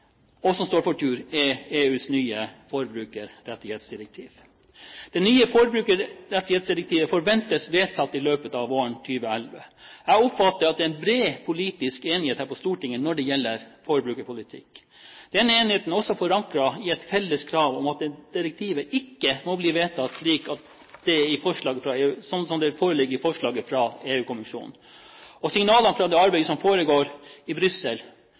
EUs nye forbrukerrettighetsdirektiv. Det nye forbrukerrettighetsdirektivet forventes vedtatt i løpet av våren 2011. Jeg oppfatter at det er bred politisk enighet her på Stortinget når det gjelder forbrukerpolitikk. Denne enigheten er også forankret i et felles krav om at dette direktivet ikke må bli vedtatt slik som det foreligger i forslaget fra EU-kommisjonen, og signalene fra det arbeidet som foregår i Brussel,